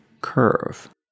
curve